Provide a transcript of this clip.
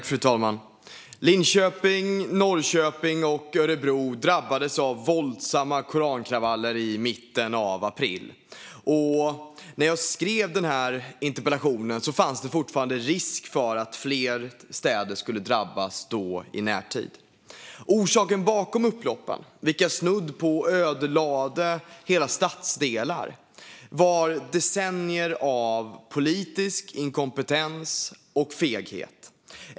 Fru talman! Linköping, Norrköping och Örebro drabbades av våldsamma korankravaller i mitten av april. När jag skrev denna interpellation fanns det fortfarande risk för att fler städer skulle drabbas i närtid. Orsaken bakom upploppen, som snudd på ödelade hela stadsdelar, var decennier av politisk inkompetens och feghet.